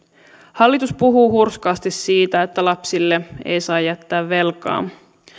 hallitus puhuu hurskaasti siitä että lapsille ei saa jättää velkaa